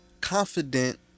confident